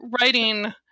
writing